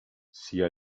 sia